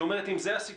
שאומרת שאם זה הסיפור,